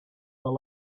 were